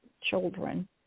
children